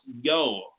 yo